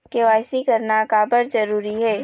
KYC करना का बर जरूरी हे?